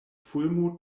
fulmo